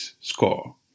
score